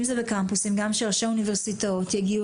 אם אינכם מקבלים את עובדת היותה המוגמרת של מדינת ישראל מדינה יהודית